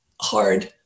hard